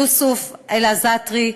יוסוף אלזעתרי,